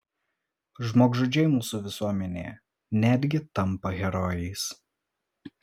žmogžudžiai mūsų visuomenėje netgi tampa herojais